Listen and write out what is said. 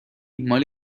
مال